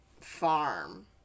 farm